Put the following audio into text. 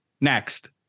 Next